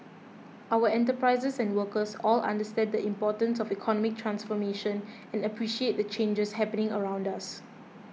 our enterprises and workers all understand the importance of economic transformation and appreciate the changes happening around us